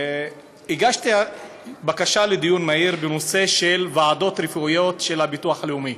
הגשתי בקשה לדיון מהיר בנושא של ועדות רפואיות של הביטוח הלאומי.